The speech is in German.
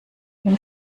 wem